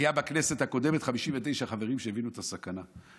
היו בכנסת הקודמת 59 חברים שהבינו את הסכנה,